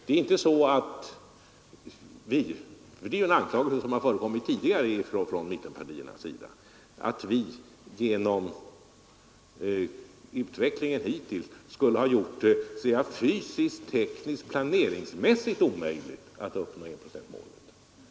Det är inte så att vi — det är ju en anklagelse som har förekommit tidigare från mittenpartiernas sida — genom utvecklingen hittills skulle ha gjort det fysiskt, tekniskt, planeringsmässigt omöjligt att uppnå enprocentsmålet.